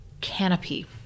Canopy